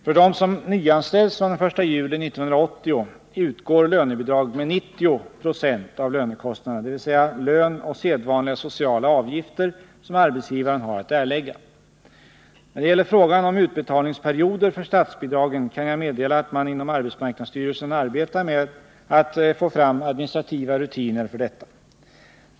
För dem som nyanställs från den 1 juli 1980 utgår lönebidrag med 90 22 av lönekostnaderna, dvs. lön och sedvanliga sociala avgifter som arbetsgivaren har att erlägga. När det gäller frågan om utbetalningsperioder för statsbidragen kan jag meddela att man inom arbetsmarknadsstyrelsen arbetar med att få fram administrativa rutiner för detta.